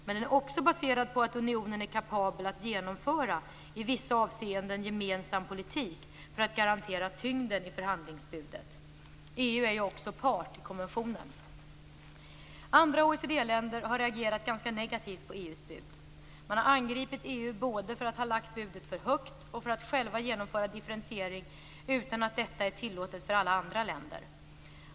Men den är också baserad på att unionen är kapabel att genomföra i vissa avseenden gemensam politik för att garantera tyngden i förhandlingsbudet. EU är också part i konventionen. Andra OECD-länder har reagerat ganska negativt på EU:s bud. Man har angripit EU både för att ha lagt budet för högt och för att själv genomföra differentiering utan att detta är tillåtet för alla andra länder.